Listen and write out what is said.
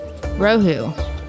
Rohu